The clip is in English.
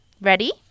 Ready